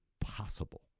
possible